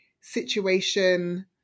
situation